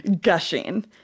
gushing